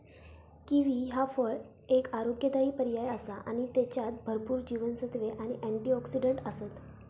kiwi ह्या फळ एक आरोग्यदायी पर्याय आसा आणि त्येच्यात भरपूर जीवनसत्त्वे आणि अँटिऑक्सिडंट आसत